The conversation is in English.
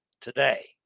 today